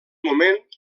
moment